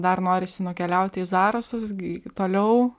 dar norisi nukeliauti į zarasus gi toliau